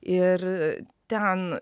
ir ten